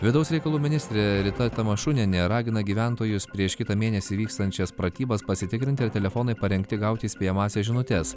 vidaus reikalų ministrė rita tamašunienė ragina gyventojus prieš kitą mėnesį vykstančias pratybas pasitikrinti ar telefonai parengti gauti įspėjamąsias žinutes